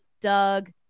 Doug